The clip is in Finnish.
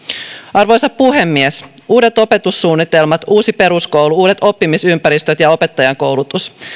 arvoisa puhemies uudet opetussuunnitelmat uusi peruskoulu uudet oppimisympäristöt ja opettajankoulutus